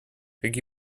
как